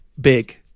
Big